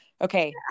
Okay